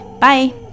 Bye